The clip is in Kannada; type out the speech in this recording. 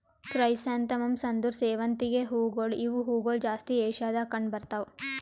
ಕ್ರೈಸಾಂಥೆಮಮ್ಸ್ ಅಂದುರ್ ಸೇವಂತಿಗೆ ಹೂವುಗೊಳ್ ಇವು ಹೂಗೊಳ್ ಜಾಸ್ತಿ ಏಷ್ಯಾದಾಗ್ ಕಂಡ್ ಬರ್ತಾವ್